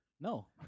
No